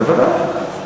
בוודאי.